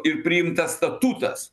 ir priimtas statutas